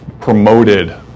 promoted